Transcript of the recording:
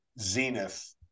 zenith